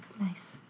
Nice